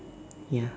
ya